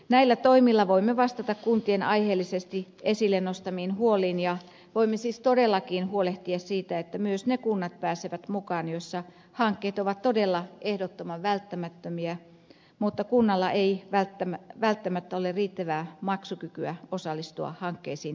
näillä toimilla voimme vastata kuntien aiheellisesti esille nostamiin huoliin ja voimme siis todellakin huolehtia siitä että myös ne kunnat pääsevät mukaan joissa hankkeet ovat todella ehdottoman välttämättömiä mutta kunnalla ei välttämättä ole riittävää maksukykyä osallistua hankkeisiin täysimääräisesti